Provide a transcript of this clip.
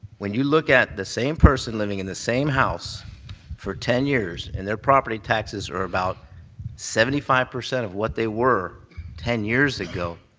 when you look at the same person living in the same house for ten years and their property taxes are about seventy five percent of what they were ten years ago,